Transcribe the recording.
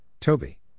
toby